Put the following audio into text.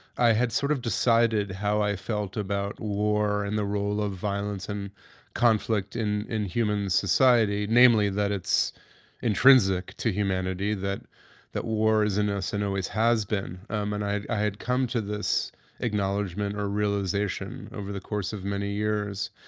i had sort of decided how i felt about war and the role of violence and conflict in in human society, namely that it's intrinsic to humanity, that that war is in us and always has been. um and i had come to this acknowledgement or realization over the course of many years.